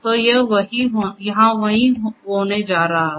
तो यह वही होने जा रहा है